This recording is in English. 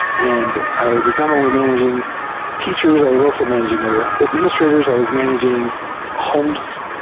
and i was not only managing teachers i was also managing other administrators. i was managing homes.